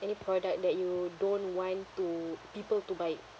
any product that you don't want to people to buy it